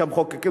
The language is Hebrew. כמחוקקים,